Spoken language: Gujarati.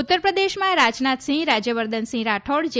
ઉત્તર પ્રદેશમાં રાજનાથસિંહ રાજ્યવર્ધનસિંહ રાઠોડ જે